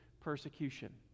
persecution